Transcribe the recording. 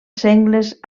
sengles